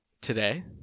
Today